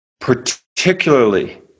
particularly